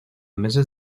meses